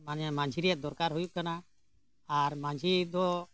ᱢᱟᱱᱮ ᱢᱟᱺᱡᱷᱤ ᱨᱮᱱᱟᱜ ᱫᱚᱨᱠᱟᱨ ᱦᱩᱭᱩᱜ ᱠᱟᱱᱟ ᱟᱨ ᱢᱟᱺᱡᱷᱤ ᱫᱚ